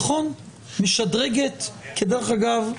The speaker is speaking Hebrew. נכון, משדרגת, דרך אגב,